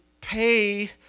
pay